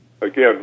Again